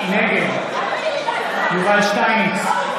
נגד יובל שטייניץ,